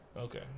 Okay